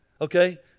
Okay